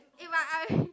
eh but I